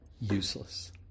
useless